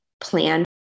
plan